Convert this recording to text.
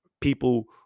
people